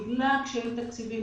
בגלל קשיים תקציביים,